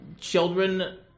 Children